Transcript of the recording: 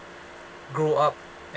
grow up a~